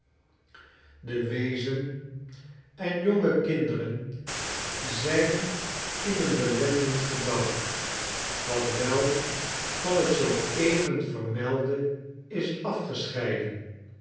de weezen en jonge kinderen zijn in een belendend gebouw dat wel van t zoo evenvermelde is